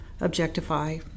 objectify